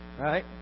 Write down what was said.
right